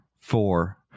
Four